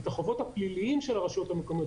את החובות הפליליים של הרשויות המקומיות,